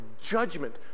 judgment